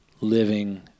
living